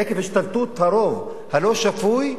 עקב השתלטות הרוב הלא-שפוי,